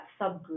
subgroup